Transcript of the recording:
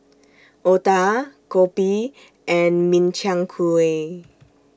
Otah Kopi and Min Chiang Kueh